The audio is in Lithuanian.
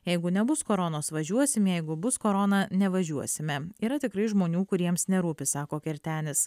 jeigu nebus koronos važiuosim jeigu bus korona nevažiuosime yra tikrai žmonių kuriems nerūpi sako kertenis